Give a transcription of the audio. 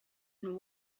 and